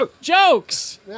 Jokes